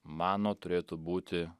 mano turėtų būti